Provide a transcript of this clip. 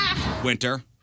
winter